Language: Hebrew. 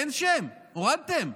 אין שם, הורדתם.